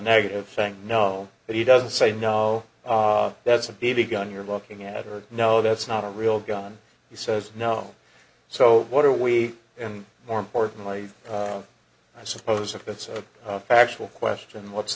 negative thing no but he doesn't say no that's a b b gun you're looking at a no that's not a real gun he says no so what are we and more importantly i suppose if that's a factual question what's